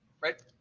right